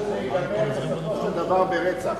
היושב-ראש,